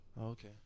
Okay